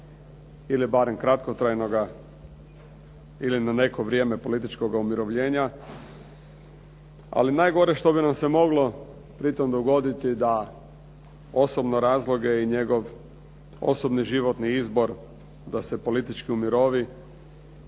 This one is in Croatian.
ili barem kratkotrajnoga ili na neko vrijeme političkoga umirovljenja, ali najgore što bi nam se moglo pritom dogoditi da osobne razloge i njegov osobni životni izbor da se politički umirovi